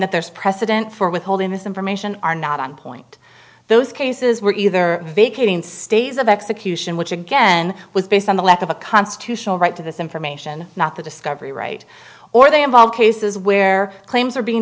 that there's precedent for withholding this information are not on point those cases were either vacating stays of execution which again was based on the lack of a constitutional right to this information not the discovery right or they involve cases where claims are being